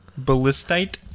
ballistite